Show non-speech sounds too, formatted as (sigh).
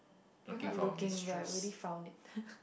we are not looking we are already found it (laughs)